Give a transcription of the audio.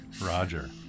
Roger